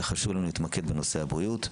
חשוב לנו להתמקד בנושא הבריאות.